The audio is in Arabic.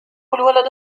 الولد